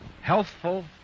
Healthful